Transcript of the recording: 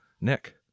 Nick